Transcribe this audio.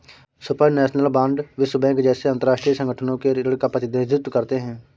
supranational bond विश्व bank जैसे अंतरराष्ट्रीय संगठनों के ऋण का प्रतिनिधित्व करते हैं